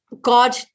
God